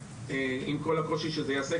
עם כל הקושי שזה יעשה,